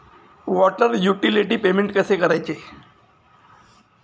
Water utility payment कसे करायचे?